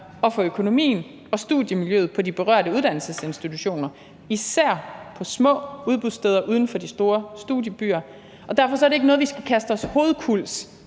og for økonomien og studiemiljøet på de berørte uddannelsesinstitutioner, især på små udbudssteder uden for de store studiebyer. Og derfor er det ikke noget, vi skal kaste os hovedkulds